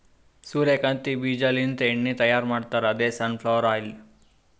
ಸೂರ್ಯಕಾಂತಿ ಬೀಜಾಲಿಂತ್ ಎಣ್ಣಿ ಮಾಡ್ತಾರ್ ಅದೇ ಸನ್ ಫ್ಲವರ್ ಆಯಿಲ್